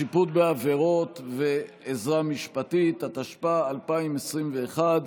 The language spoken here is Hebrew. שיפוט בעבירות ועזרה משפטית), התשפ"א 2021,